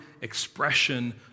expression